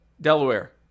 Delaware